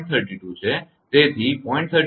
32 છે તેથી 0